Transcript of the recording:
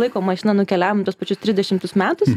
laiko mašina nukeliavom tuos pačius trisdešimtus metus